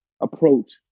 approach